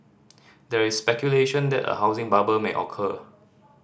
there is speculation that a housing bubble may occur